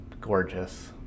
gorgeous